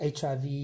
hiv